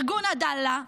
ארגון עדאלה,